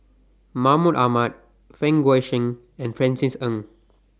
Mahmud Ahmad Fang Guixiang and Francis Ng